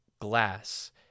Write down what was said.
glass